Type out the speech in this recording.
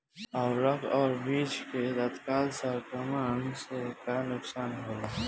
उर्वरक व बीज के तत्काल संपर्क से का नुकसान होला?